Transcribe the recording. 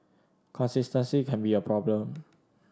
consistency can be a problem